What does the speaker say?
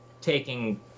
taking